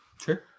Sure